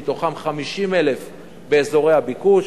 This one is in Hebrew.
מתוכן 50,000 באזורי הביקוש,